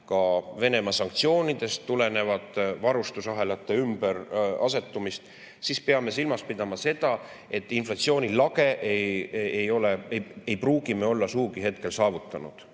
ka Venemaa sanktsioonidest tulenevat varustusahelate ümberasetumist, siis peame silmas pidama seda, et inflatsiooni lage ei pruugi me olla sugugi veel saavutanud.